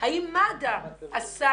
האם מד"א עשה